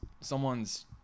someone's